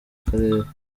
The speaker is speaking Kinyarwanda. karere